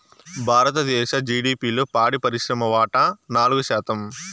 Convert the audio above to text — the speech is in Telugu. భారతదేశ జిడిపిలో పాడి పరిశ్రమ వాటా నాలుగు శాతం